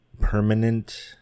permanent